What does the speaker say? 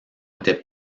était